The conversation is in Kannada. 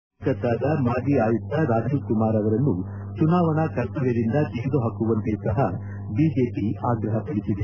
ಕೋಲ್ತತಾದ ಮಾಜಿ ಆಯುಕ್ತ ರಾಜೀವ್ ಕುಮಾರ್ ಅವರನ್ನು ಚುನಾವಣಾ ಕರ್ತವ್ಲದಿಂದ ತೆಗೆದುಪಾಕುವಂತೆ ಸಹ ಬಿಜೆಪಿ ಆಗ್ರಹಿಸಿದೆ